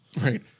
Right